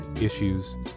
issues